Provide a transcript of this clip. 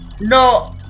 No